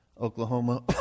Oklahoma